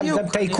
בדיוק.